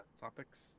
topics